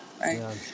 right